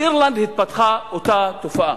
באירלנד התפתחה אותה תופעה,